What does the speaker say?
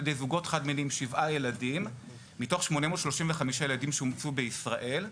ידי זוגות חד-מיניים שבעה ילדים מתוך 835 ילדים שאומצו בישראל,